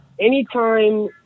anytime